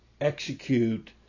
execute